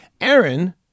Aaron